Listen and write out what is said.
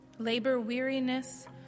labor-weariness